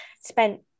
spent